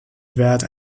wert